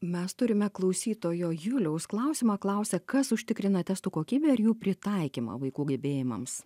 mes turime klausytojo juliaus klausimą klausia kas užtikrina testų kokybę ir jų pritaikymą vaikų gebėjimams